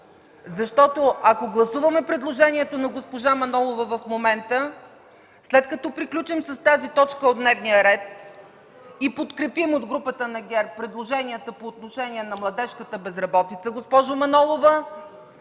ясно. Ако гласуваме предложението на госпожа Манолова в момента, след като приключим с тази точка от дневния ред и от групата на ГЕРБ подкрепим предложенията по отношение на младежката безработица, госпожо Манолова,